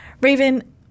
Raven